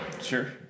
sure